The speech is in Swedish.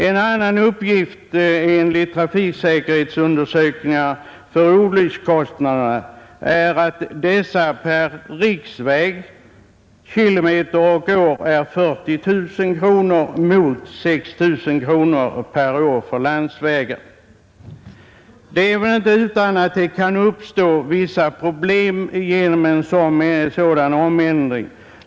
En annan uppgift enligt trafiksäkerhetsundersökningar rörande olyckskostnaderna är att dessa per kilometer och år är 40 000 kronor för riksvägar mot 6 000 kronor för landsvägar. Det är väl inte utan att det kan uppstå vissa problem genom en sådan här ändring.